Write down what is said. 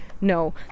no